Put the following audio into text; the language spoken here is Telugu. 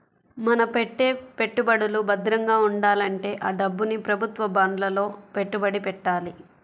మన పెట్టే పెట్టుబడులు భద్రంగా ఉండాలంటే ఆ డబ్బుని ప్రభుత్వ బాండ్లలో పెట్టుబడి పెట్టాలి